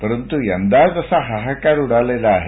परंतु यंदा असा हाहाकार उडालेला आहे